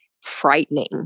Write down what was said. frightening